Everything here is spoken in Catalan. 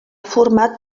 format